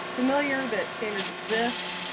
familiar that standards exist,